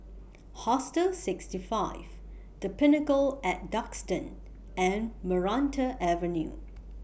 Hostel sixty five The Pinnacle At Duxton and Maranta Avenue